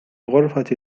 غرفة